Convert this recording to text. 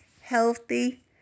healthy